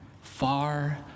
far